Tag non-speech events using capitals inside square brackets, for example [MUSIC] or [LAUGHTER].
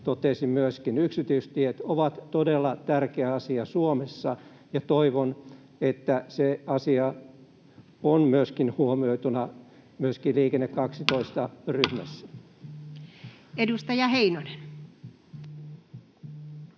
totesi: yksityistiet ovat todella tärkeä asia Suomessa, ja toivon, että se asia on huomioituna [NOISE] myöskin Liikenne 12 ‑ryhmässä. Edustaja Heinonen.